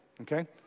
okay